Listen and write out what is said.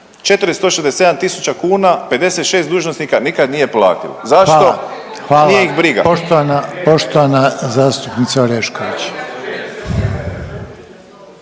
467 tisuća kuna 56 dužnosnika nikada nije platilo. Zašto? Nije ih briga. **Reiner, Željko (HDZ)** Hvala. Poštovana zastupnica Orešković.